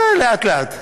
לאט-לאט.